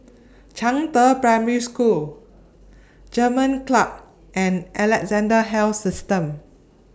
Zhangde Primary School German Club and Alexandra Health System